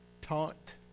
Taunt